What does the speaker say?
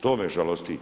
To me žalosti.